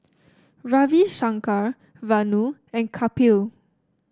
Ravi Shankar Vanu and Kapil